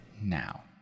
now